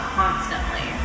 constantly